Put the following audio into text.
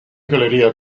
galería